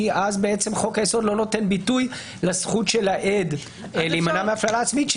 כי אז בעצם חוק היסוד לא נותן ביטוי לזכות של העד להימנע מהפללה עצמית.